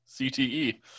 cte